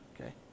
okay